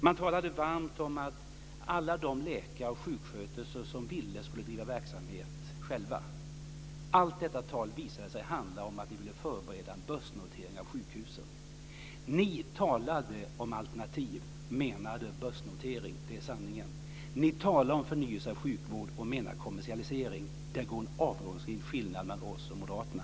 Man talade varmt om att alla de läkare och sjuksköterskor som ville skulle driva verksamhet själva. Allt detta tal visade sig handla om att man ville förbereda en börsnotering av sjukhusen. Ni talade om alternativ och menade börsnotering. Det är sanningen. Ni talar om förnyelse av sjukvård och menar kommersialisering. Det är en avgrundsdjup skillnad mellan oss och moderaterna.